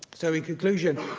so, in conclusion,